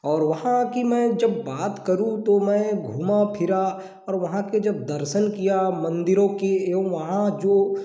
और वहाँ की मैं जब बात करूँ तो मैं घूमा फिरा और वहाँ के जब दर्शन किया मंदिरों के एवं वहाँ जो